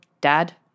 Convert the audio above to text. Dad